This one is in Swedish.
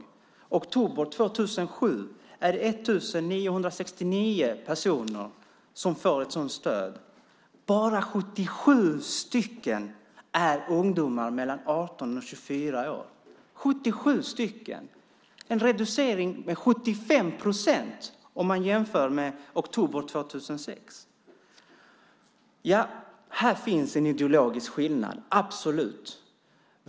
I oktober 2007 är det 1 969 personer som får ett sådant stöd. Bara 77 är ungdomar mellan 18 och 24 år. Det är en reducering med 75 procent om man jämför med oktober 2006. Här finns absolut en ideologisk skillnad.